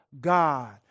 God